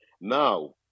now